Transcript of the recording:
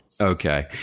Okay